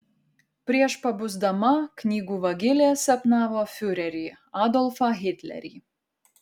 prieš pabusdama knygų vagilė sapnavo fiurerį adolfą hitlerį